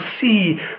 see